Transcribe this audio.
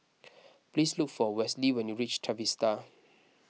please look for Westley when you reach Trevista